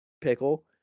pickle